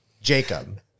Jacob